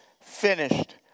finished